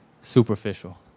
superficial